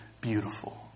beautiful